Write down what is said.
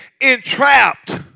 entrapped